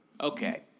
Okay